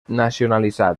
nacionalitzat